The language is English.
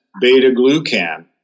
beta-glucan